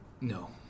No